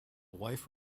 wife